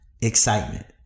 excitement